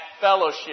fellowship